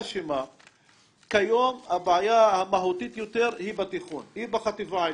כיום הבעיה המהותית יותר היא בחטיבה העליונה.